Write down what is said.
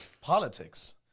politics